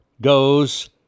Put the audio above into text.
goes